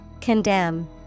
Condemn